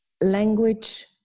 language